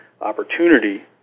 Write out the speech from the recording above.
opportunity